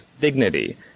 dignity